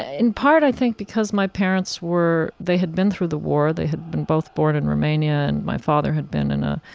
ah in part, i think, because my parents were they had been through the war. they had been both born in romania, and my father had been in a,